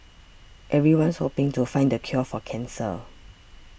everyone's hoping to find the cure for cancer